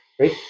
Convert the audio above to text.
right